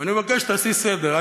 אני מבקש שתעשי סדר.